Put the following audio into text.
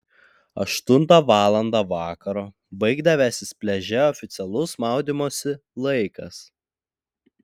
aštuntą valandą vakaro baigdavęsis pliaže oficialus maudymosi laikas